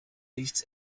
nichts